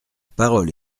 parole